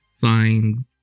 find